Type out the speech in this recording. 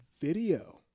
video